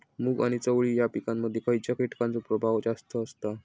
मूग आणि चवळी या पिकांमध्ये खैयच्या कीटकांचो प्रभाव जास्त असता?